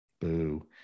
boo